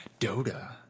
Dota